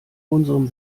unserem